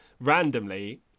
randomly